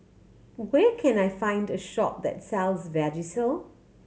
where can I find a shop that sells Vagisil